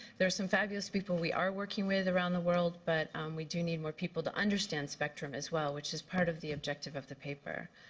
there are some fabulous people we are working with around the world, but we do need more people to understand spectrum as well, which is part of the objective of the paper.